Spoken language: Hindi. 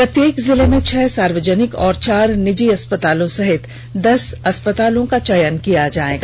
प्रत्येक जिले से छह सार्वजनिक और चार निजी अस्पातालों सहित दस अस्पतालों का चयन किया जायेगा